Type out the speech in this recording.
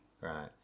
Right